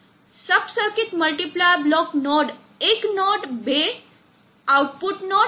સબ circuit multiplier block node એક node બે output node